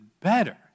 better